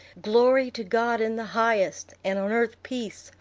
glory to god in the highest, and on earth peace,